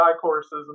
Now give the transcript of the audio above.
courses